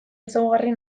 ezaugarri